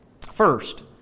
First